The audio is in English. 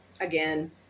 again